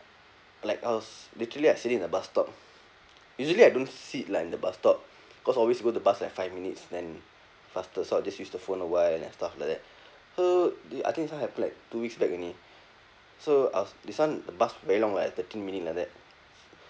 like I was literally I sitting in the bus stop usually I don't sit lah in the bus stop cause always go the bus like five minutes then faster so I'll just use the phone a while and stuff like that so did I think this [one] happen like two weeks back only so I was this one bus very long [what] thirteen minute like that